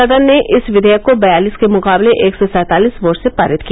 सदन ने इस विधेयक को बयालिस के मुकाबले एक सौ सैंतालीस वोट से पारित किया